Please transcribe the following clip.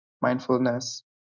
mindfulness